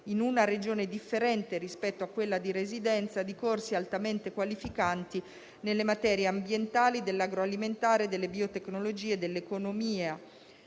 in una Regione differente rispetto a quella di residenza, di corsi altamente qualificanti nelle materie ambientali, dell'agroalimentare, delle biotecnologie, dell'economia,